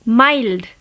mild